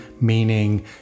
meaning